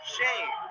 Shane